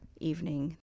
evening